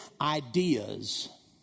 ideas